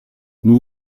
nous